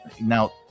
now